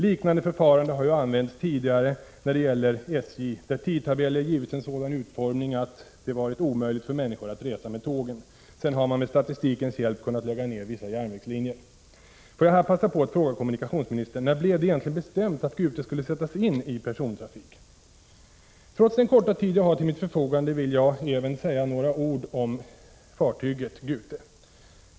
Liknande förfarande har ju använts tidigare när det gäller SJ, där tidtabeller givits en sådan utformning att det varit omöjligt för människor att resa med tågen. Sedan har man med statistikens hjälp kunnat lägga ned vissa järnvägslinjer. Trots den korta tid jag har till mitt förfogande skall även jag säga några ord om M/S Gute.